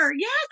Yes